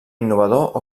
innovador